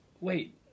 Wait